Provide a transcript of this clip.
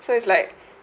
so it's like